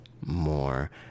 more